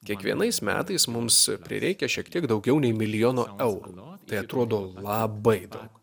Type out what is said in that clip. kiekvienais metais mums prireikia šiek tiek daugiau nei milijono eurų tai atrodo labai daug